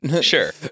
Sure